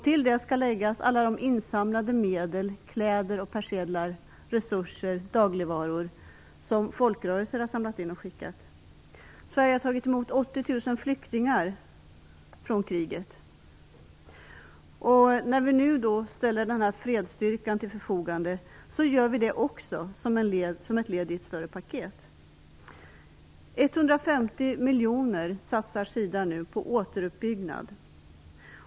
Till detta skall läggas alla de insamlade medel, kläder, persedlar, dagligvaror och resurser som folkrörelser har samlat in och skickat. Sverige har tagit emot 80 000 flyktingar från kriget. När vi nu ställer denna fredsstyrka till förfogande är också det ett led i ett större paket. SIDA satsar nu 150 miljoner kronor på återuppbyggnad.